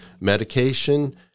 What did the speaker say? medication